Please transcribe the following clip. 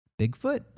Bigfoot